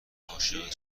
عاشقت